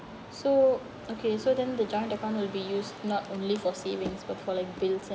so okay so then the joint account will be used not only for savings but for like bills and